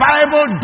Bible